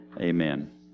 Amen